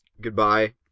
goodbye